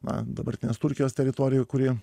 na dabartinės turkijos teritorijoje kuri